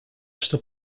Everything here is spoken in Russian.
что